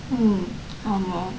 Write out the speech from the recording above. mm ஆமா:aamaa